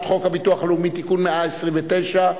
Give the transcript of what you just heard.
לא שולט על הסוגרים,